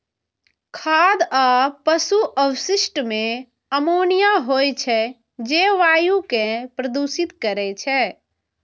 खाद आ पशु अवशिष्ट मे अमोनिया होइ छै, जे वायु कें प्रदूषित करै छै